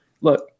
Look